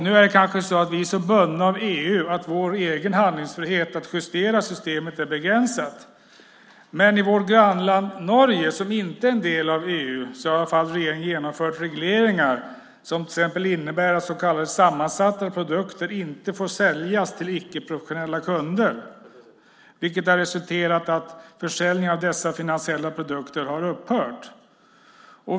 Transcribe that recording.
Vi kanske är så bundna av EU att vår egen handlingsfrihet att justera systemet är begränsad. I vårt grannland Norge, som inte är en del av EU, har regeringen genomfört regleringar som till exempel innebär att så kallade sammansatta produkter inte får säljas till icke professionella kunder. Det har resulterat i att försäljningen av dessa finansiella produkter har upphört.